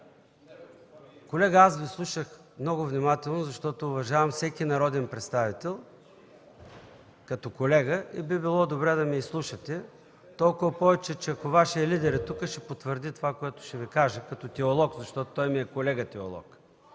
Колега, аз Ви слушах много внимателно, защото уважавам всеки народен представител като колега и би било добре да ме изслушате, още повече че, ако Вашият лидер е тук, ще потвърди това, което ще Ви кажа, като теолог, защото той ми е колега теолог.